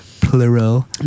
plural